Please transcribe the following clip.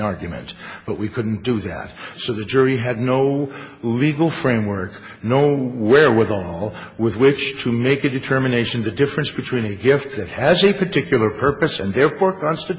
argument but we couldn't do that so the jury had no legal framework no wherewithal with which to make a determination the difference between a gift that has a particular purpose and therefore